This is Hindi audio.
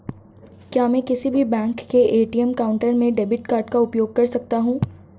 क्या मैं किसी भी बैंक के ए.टी.एम काउंटर में डेबिट कार्ड का उपयोग कर सकता हूं?